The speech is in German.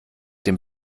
dem